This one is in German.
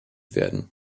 werden